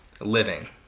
living